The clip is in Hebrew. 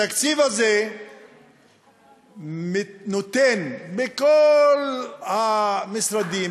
התקציב הזה נותן מכל המשרדים,